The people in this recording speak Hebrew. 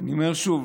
אני אומר שוב: